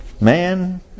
Man